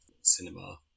cinema